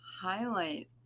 highlight